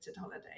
holiday